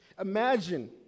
Imagine